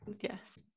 Yes